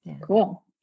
cool